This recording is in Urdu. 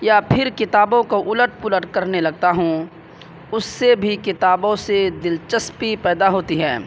یا پھر کتابوں کو الٹ پلٹ کرنے لگتا ہوں اس سے بھی کتابوں سے دلچسپی پیدا ہوتی ہے